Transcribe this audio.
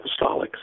apostolics